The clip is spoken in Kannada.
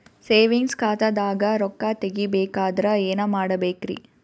ಸೇವಿಂಗ್ಸ್ ಖಾತಾದಾಗ ರೊಕ್ಕ ತೇಗಿ ಬೇಕಾದರ ಏನ ಮಾಡಬೇಕರಿ?